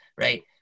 right